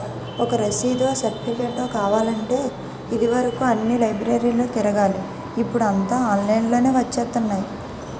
ఒక రసీదో, సెర్టిఫికేటో కావాలంటే ఇది వరుకు అన్ని లైబ్రరీలు తిరగాలి ఇప్పుడూ అంతా ఆన్లైన్ లోనే వచ్చేత్తున్నాయి